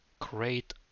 create